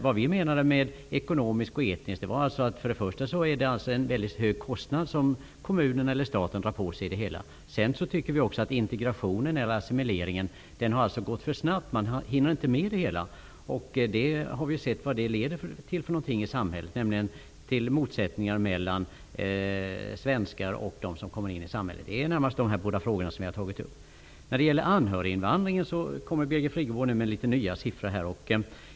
Vad vi menar med ekonomisk och etnisk är för det första att det är en väldigt stor kostnad som kommunerna eller staten drar på sig. För det andra tycker vi att integrationen eller assimileringen har gått för snabbt. Man hinner inte med det hela, och vi har sett vad det leder till för någonting i samhället, nämligen till motsättningar mellan svenskar och dem som kommer hit. Det är närmast de båda frågorna som vi har tagit upp. När det gäller anhöriginvandringen kommer Birgit Friggebo nu med litet nya siffror.